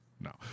No